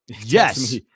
yes